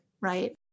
right